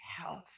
health